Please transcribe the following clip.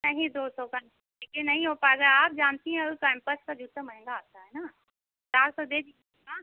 नहीं दो सौ का नहीं देखिए नहीं हो पाएगा आप जानती हैं कैम्पस का जूता महँगा आता है ना चार सौ दे दीजिएगा